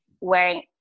wearing